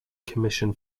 commission